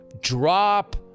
Drop